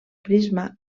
prisma